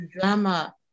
drama